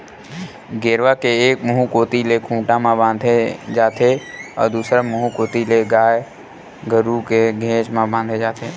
गेरवा के एक मुहूँ कोती ले खूंटा म बांधे जाथे अउ दूसर मुहूँ कोती ले गाय गरु के घेंच म बांधे जाथे